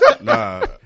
nah